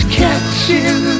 catching